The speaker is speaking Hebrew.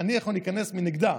אני יכול להיכנס מהנגדה.